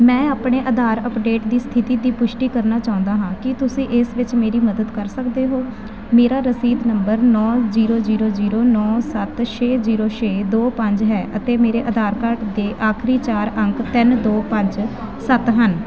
ਮੈਂ ਆਪਣੇ ਆਧਾਰ ਅੱਪਡੇਟ ਦੀ ਸਥਿਤੀ ਦੀ ਪੁਸ਼ਟੀ ਕਰਨਾ ਚਾਹੁੰਦਾ ਹਾਂ ਕੀ ਤੁਸੀਂ ਇਸ ਵਿੱਚ ਮੇਰੀ ਮਦਦ ਕਰ ਸਕਦੇ ਹੋ ਮੇਰਾ ਰਸੀਦ ਨੰਬਰ ਨੌਂ ਜ਼ੀਰੋ ਜ਼ੀਰੋ ਜ਼ੀਰੋ ਨੌਂ ਸੱਤ ਛੇ ਜ਼ੀਰੋ ਛੇ ਦੋ ਪੰਜ ਹੈ ਅਤੇ ਮੇਰੇ ਆਧਾਰ ਕਾਰਡ ਦੇ ਆਖਰੀ ਚਾਰ ਅੰਕ ਤਿੰਨ ਦੋ ਪੰਜ ਸੱਤ ਹਨ